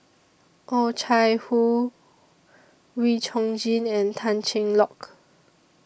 Oh Chai Hoo Wee Chong Jin and Tan Cheng Lock